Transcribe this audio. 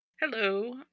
Hello